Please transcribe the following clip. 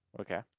Okay